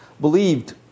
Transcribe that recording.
believed